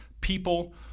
people